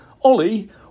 Ollie